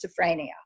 schizophrenia